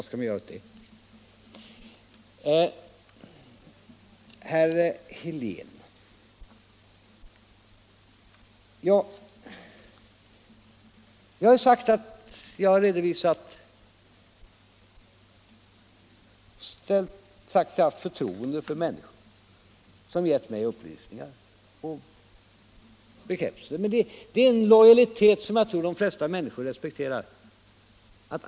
Så till herr Helén! Jag har sagt att jag har förtroende för de människor som gett mig upplysningar. Det är en lojalitet som jag tror att de flesta respekterar.